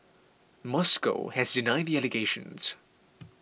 Moscow has denied the allegations